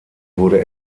wurde